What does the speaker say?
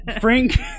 Frank